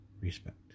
Respect